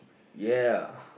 ya